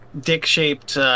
dick-shaped